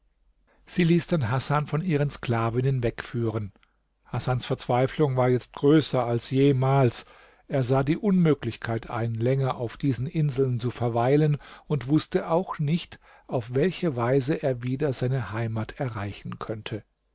sie ließ dann hasan von ihren sklavinnen wegführen hasans verzweiflung war jetzt größer als jemals er sah die unmöglichkeit ein länger auf diesen inseln zu verweilen und wußte auch nicht auf welche weise er wieder seine heimat erreichen könnte